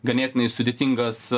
ganėtinai sudėtingas